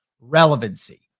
relevancy